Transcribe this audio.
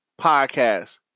podcast